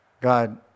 God